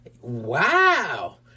wow